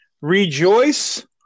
Rejoice